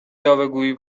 یاوهگویی